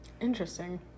interesting